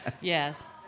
Yes